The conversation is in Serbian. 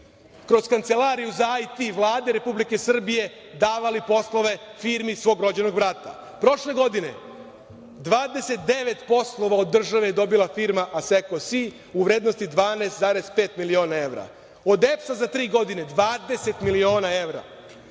kroz Kancelariju za IT Vlade Republike Srbije davali poslove firmi svog rođenog brata. Prošle godine 29 poslova od države je dobila firma „Aseko Si“ u vrednosti 12,5 miliona evra. Od EPS-a za tri godine 20 miliona evra.